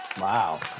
Wow